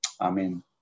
amen